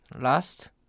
last